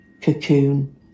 cocoon